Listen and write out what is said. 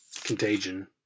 Contagion